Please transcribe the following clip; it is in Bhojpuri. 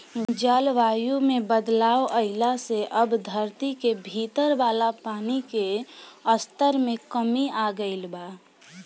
जलवायु में बदलाव आइला से अब धरती के भीतर वाला पानी के स्तर में कमी आ गईल बा